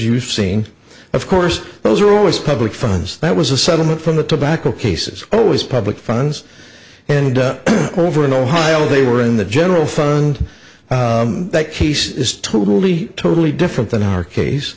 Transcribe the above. you've seen of course those are always public funds that was a settlement from the tobacco cases always public funds and over in ohio they were in the general fund that case is totally totally different than our case